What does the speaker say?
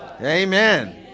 Amen